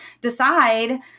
decide